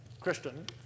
Christian